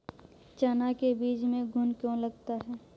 चना के बीज में घुन क्यो लगता है?